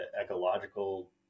ecological